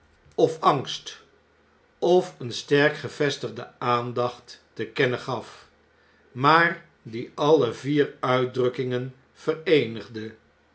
of angst of een sterk gevestigde aandacht te kennen gaf maar die alle vier uitdrukkingen vereenigde